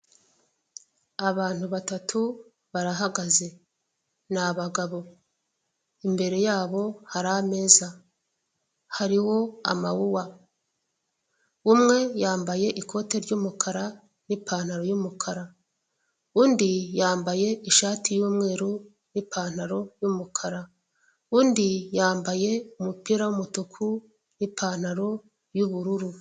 Abantu batatu barahagaze n'abagabo imbere yabo hari ameza, hariho amawuwa. Umwe yambaye ikote ry'umukara n'ipantaro y'umukara, undi yambaye ishati y'umweru n'ipantaro y'umukara, undi yambaye umupira w'umutuku n'ipantaro y'ubururu.